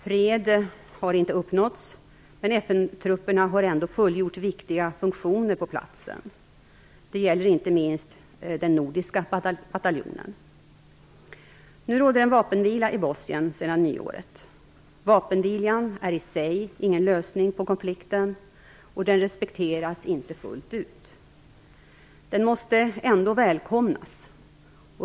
Fred har inte uppnåtts, men FN-trupperna har ändå fullgjort viktiga funktioner på platsen. Det gäller inte minst den nordiska bataljonen. Nu råder en vapenvila i Bosnien sedan nyåret. Vapenvilan är i sig ingen lösning på konflikten, och den respekteras inte fullt ut. Den måste ändå välkomnas.